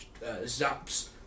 zaps